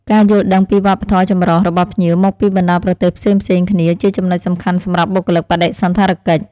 ការយល់ដឹងពីវប្បធម៌ចម្រុះរបស់ភ្ញៀវមកពីបណ្តាប្រទេសផ្សេងៗគ្នាជាចំណុចសំខាន់សម្រាប់បុគ្គលិកបដិសណ្ឋារកិច្ច។